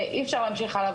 ואי אפשר להמשיך הלאה,